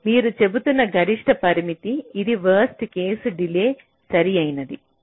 4 మీరు చెబుతున్న గరిష్ట పరిమితి ఇది వరస్ట్ కేస్ డిలే సరియైనది